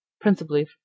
principally